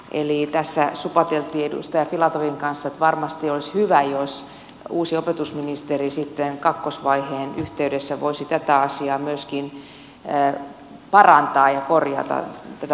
eli tässä supateltiin edustaja filatovin kanssa että varmasti olisi hyvä jos uusi opetusministeri sitten kakkosvaiheen yhteydessä voisi tätä asiaa myöskin parantaa ja korjata tätä vaikuttavuutta